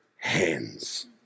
hands